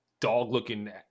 dog-looking